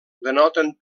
denoten